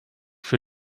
für